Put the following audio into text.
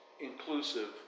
inclusive